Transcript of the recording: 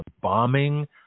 bombing